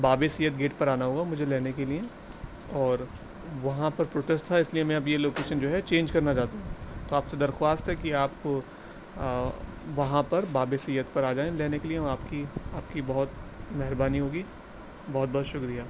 باب سید گیٹ پر آنا ہوگا مجھے لینے کے لیے اور وہاں پر پروٹیسٹ تھا اس لیے میں اب یہ لوکیشن جو ہے چینج کرنا چاہتا ہوں تو آپ سے درخواست ہے کہ آپ وہاں پر باب سید پر آ جائیں لینے کے لیے وہاں آپ کی آپ کی بہت مہربانی ہوگی بہت بہت شکریہ